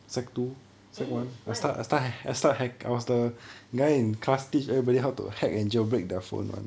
oh why